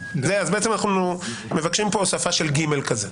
אז בעצם אנחנו מבקשים פה הוספה של ג' כזה.